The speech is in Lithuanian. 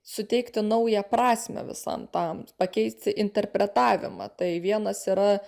suteikti naują prasmę visam tam pakeisti interpretavimą tai vienas yra